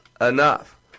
enough